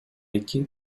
эки